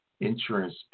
insurance